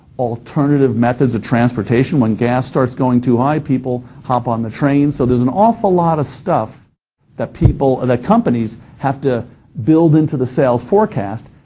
alternative methods of transportation. when gas starts going too high, people hop on the train. so there's an awful lot of stuff that people. ah that companies have to build into the sales forecast,